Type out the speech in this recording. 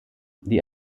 die